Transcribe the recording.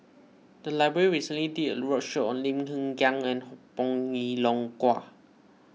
the library recently did a roadshow on Lim Hng Kiang and Bong Hiong Hwa